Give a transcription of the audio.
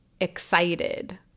excited